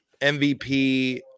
MVP